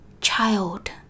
child